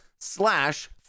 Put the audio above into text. slash